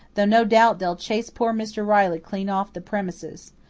though no doubt they'll chase poor mr. riley clean off the premises.